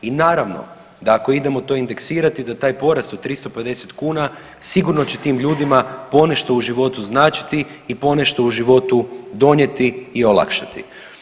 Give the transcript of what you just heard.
I naravno da ako to idemo indeksirati da taj porast od 350 kuna sigurno će tim ljudima ponešto u životu značiti i ponešto u životu donijeti i olakšati.